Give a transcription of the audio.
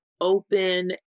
open